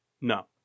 no